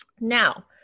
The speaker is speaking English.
Now